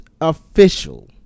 official